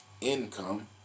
income